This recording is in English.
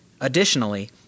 Additionally